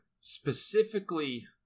specifically